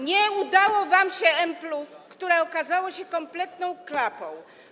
Nie udało wam się M+, które okazało się kompletną klapą.